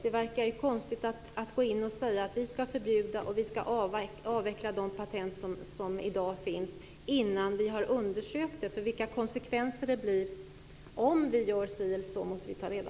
Det verkar konstigt att förbjuda och avveckla de patent som finns i dag innan det har gjorts några undersökningar av konsekvenserna.